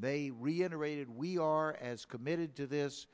they reiterated we are as committed to this